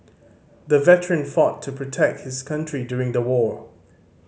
the veteran fought to protect his country during the war